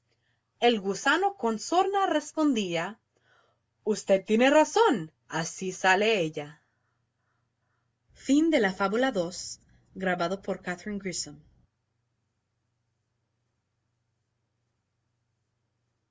el gusano con sorna respondía usted tiene razón así sale ella fábula